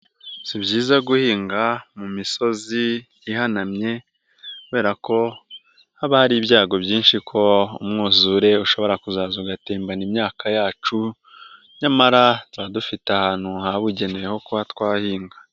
Si byiza guhinga mu misozi ihanamye kubera ko haba hari ibyago byinshi ko umwuzure ushobora kuzaza ugatembana imyaka yacu nyamara tuba dufite ahantu habugeneye ho kuba twahinga.